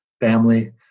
family